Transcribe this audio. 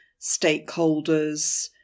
stakeholders